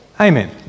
Amen